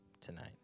tonight